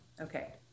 okay